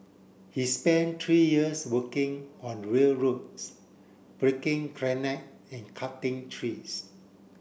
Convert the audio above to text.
he spent three years working on railroads breaking granite and cutting trees